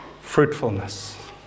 Fruitfulness